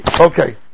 Okay